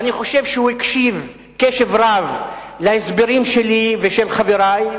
ואני חושב שהוא הקשיב קשב רב להסברים שלי ושל חברי,